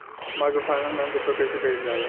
Microfinance bank के उपयोग कइसे कइल जाला?